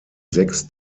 sechs